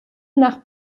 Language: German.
nach